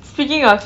speaking of